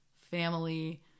family